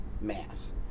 Mass